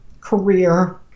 career